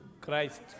Christ